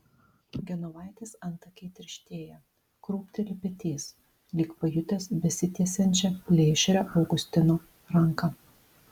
genovaitės antakiai tirštėja krūpteli petys lyg pajutęs besitiesiančią plėšrią augustino ranką